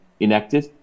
enacted